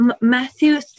Matthew